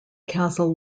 castle